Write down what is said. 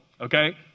Okay